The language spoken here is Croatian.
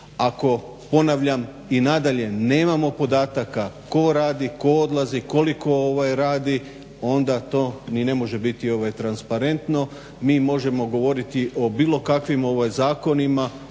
Ako ponavljam i nadalje nemamo podataka tko radi, tko odlazi, koliko radi onda to ni ne može biti transparentno. Mi možemo govoriti o bilo kakvim zakonima